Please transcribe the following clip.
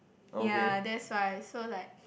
yea that's why so like